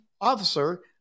officer